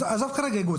עזוב, כרגע, את האיגוד.